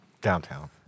Downtown